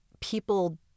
people